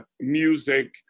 music